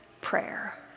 prayer